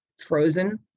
frozen